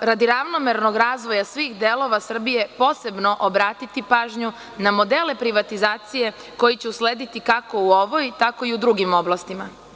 radi ravnomernog razvoja svih delova Srbije posebno obratiti pažnju na modele privatizacije, koji će uslediti kako u ovoj tako i u drugim oblastima.